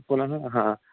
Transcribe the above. पुनः ह